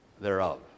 Thereof